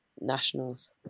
nationals